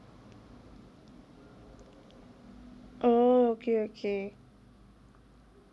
oh okay okay